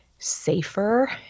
Safer